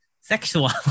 sexual